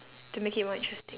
to make it more interesting